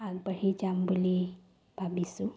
আগবাঢ়ি যাম বুলি ভাবিছোঁ